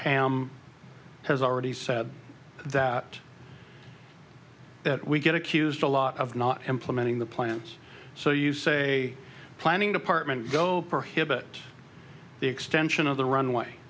pam has already said that that we get accused a lot of not implementing the plans so you say planning department go prohibit the extension of the runway